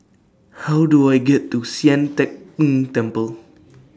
How Do I get to Sian Teck Tng Temple